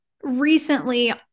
recently